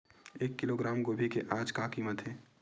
एक किलोग्राम गोभी के आज का कीमत हे?